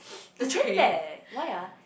is damn bad eh why ah